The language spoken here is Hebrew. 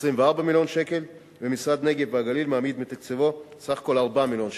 24 מיליון שקלים והמשרד לפיתוח הנגב והגליל מעמיד מתקציבו 4 מיליון שקל.